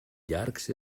llargs